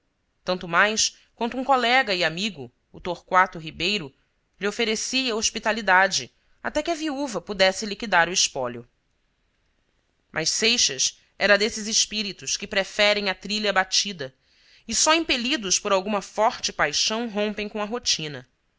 tanto mais quanto um colega e amigo o torquato ribeiro lhe oferecia hospitalidade até que a viúva pudesse liquidar o espólio mas seixas era desses espíritos que preferem a trilha batida e só impelidos por alguma forte paixão rompem com a rotina